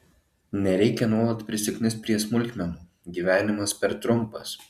nereikia nuolat prisiknist prie smulkmenų gyvenimas per trumpas